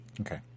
Okay